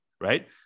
right